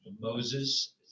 Moses